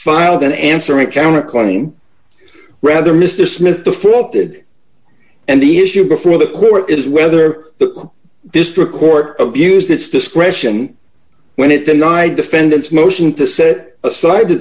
filed an answering counter claim rather mr smith the fault did and the issue before the court is whether the district court abused its discretion when it denied defendant's motion to set aside t